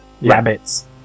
Rabbits